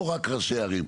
לא רק ראשי הערים.